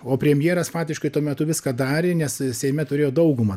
o premjeras fatiškai tuo metu viską darė nes seime turėjo daugumą